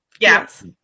Yes